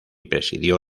presidió